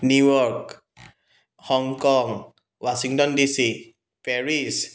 new York Hong Kong Washington DC Paris